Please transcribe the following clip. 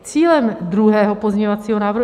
Cílem druhého pozměňovacího návrhu...